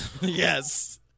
yes